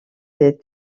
des